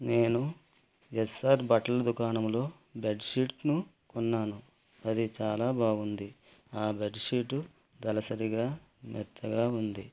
నేను ఎస్ఆర్ బట్టల దుకాణంలో బెడ్షీట్ని కొన్నాను అది చాలా బాగుంది ఆ బెడ్షీట్ దళసరిగా మెత్తగా ఉంది